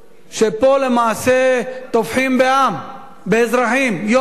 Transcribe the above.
שפה למעשה טובחים בעם, באזרחים, יום-יום.